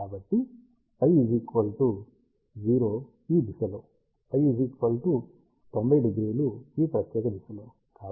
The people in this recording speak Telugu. కాబట్టి φ 0 లో ఈ దిశలో φ 900 ఈ ప్రత్యేక దిశలో